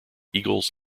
eagles